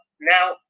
Now